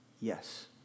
yes